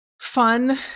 fun